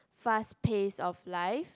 fast pace of life